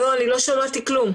לא, אני לא שמעתי כלום.